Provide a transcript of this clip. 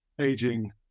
aging